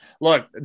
Look